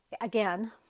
again